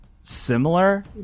similar